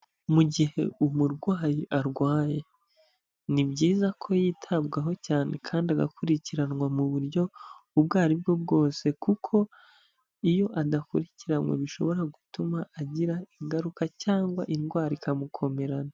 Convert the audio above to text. Mu gihe umurwayi arwaye ni byiza ko yitabwaho cyane kandi agakurikiranwa mu buryo ubwo aribwo bwose kuko iyo adakurikiranwe bishobora gutuma agira ingaruka cyangwa indwara ikamukomerana.